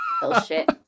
bullshit